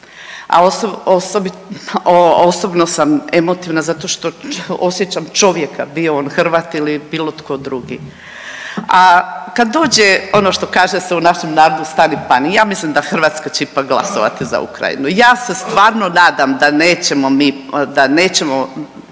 a osobno sam emotivna zato što osjećam čovjeka bio on Hrvat ili bilo tko drugi. A kad dođe ono što kaže se u našem narodu stani pani, ja mislim da Hrvatska će ipak glasovati za Ukrajinu, ja se stvarno nadam da nećemo mi, da nećemo